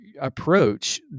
approach